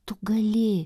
tu gali